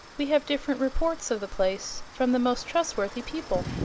we have different reports of the place from the most trustworthy people.